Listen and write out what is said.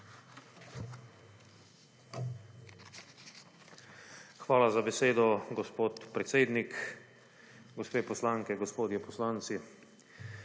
Hvala za besedo, gospod podpredsednik. Gospe poslanke, gospodje poslanci!